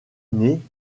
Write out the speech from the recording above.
née